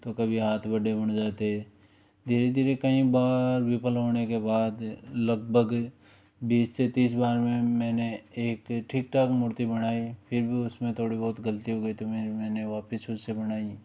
तो कभी हाथ बड़े बन जाते धीरे धीरे कई बार विफ़ल होने के बाद लगभग बीस से तीस बार में मैंने एक ठीक ठाक मूर्ति बनाई फिर भी उस में थोड़ी बहुत गलती हो गई तो फिर मैंने वापस फिर से बनाई